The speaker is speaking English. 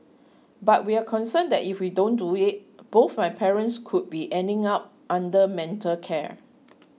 but we're concerned that if we don't do it both my parents could be ending up under mental care